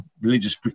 religious